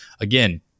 Again